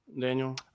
Daniel